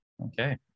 Okay